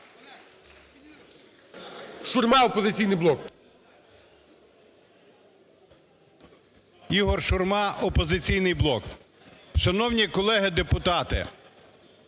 Шурма, "Опозиційний блок".